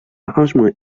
arrangements